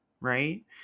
Right